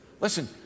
Listen